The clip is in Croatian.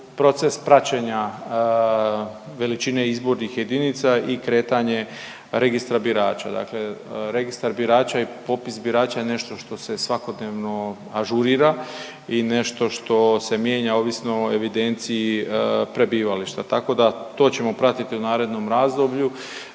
proces praćenja veličine izbornih jedinica i kretanje registra birača. Dakle, registar birača i popis birača je nešto što se svakodnevno ažurira i nešto što se mijenja ovisno o evidenciji prebivališta. Tako da to ćemo pratiti u narednom razdoblju